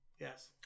Yes